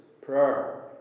Prayer